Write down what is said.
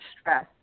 stress